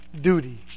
duty